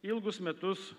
ilgus metus